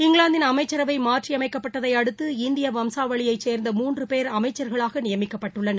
இங்கிலாந்தின் அமைச்சரவை மாற்றியமைக்கப்பட்டதை அடுத்து இந்திய வம்சாவளியைச் சேர்ந்த மூன்று பேர் அமைச்சர்களாக நியமிக்கப்பட்டுள்ளனர்